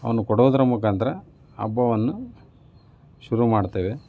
ಅವನ್ನು ಕೊಡುವುದರ ಮುಖಾಂತರ ಹಬ್ಬವನ್ನು ಶುರು ಮಾಡುತ್ತೇವೆ